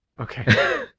Okay